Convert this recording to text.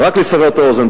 רק כדי לסבר את האוזן,